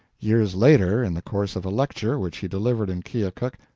years later, in the course of a lecture which he delivered in keokuk,